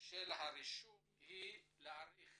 של הרישום היא להעריך